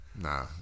Nah